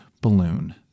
balloon